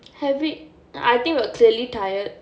have we I think we are clearly tired